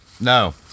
No